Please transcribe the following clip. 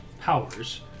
powers